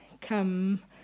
come